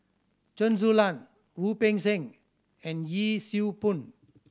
Chen Su Lan Wu Peng Seng and Yee Siew Pun